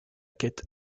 quête